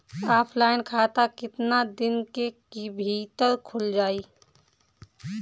Offline खाता केतना दिन के भीतर खुल जाई?